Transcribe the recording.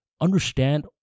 understand